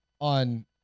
on